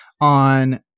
on